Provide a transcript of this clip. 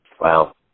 Wow